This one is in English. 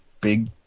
big